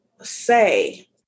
say